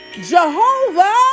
Jehovah